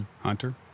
Hunter